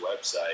website